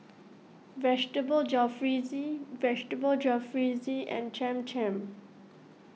Vegetable Jalfrezi Vegetable Jalfrezi and Cham Cham